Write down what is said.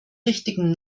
richtigen